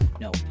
No